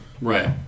Right